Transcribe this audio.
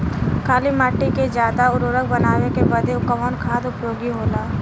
काली माटी के ज्यादा उर्वरक बनावे के बदे कवन खाद उपयोगी होला?